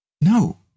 No